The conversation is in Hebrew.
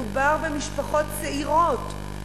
מדובר במשפחות צעירות,